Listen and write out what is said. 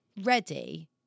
ready